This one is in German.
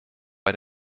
bei